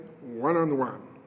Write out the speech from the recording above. one-on-one